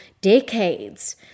decades